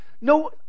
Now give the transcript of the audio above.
no